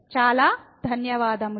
చాలా ధన్యవాదాలు